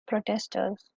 protestors